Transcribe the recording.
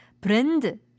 Brand